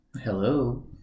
Hello